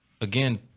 Again